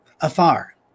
afar